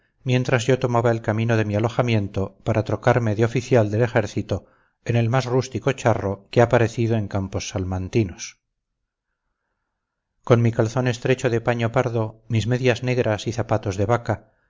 mientras yo tomaba el camino de mi alojamiento para trocarme de oficial del ejército en el más rústico charro que ha parecido en campos salmantinos con mi calzón estrecho de paño pardo mis medias negras y zapatos de vaca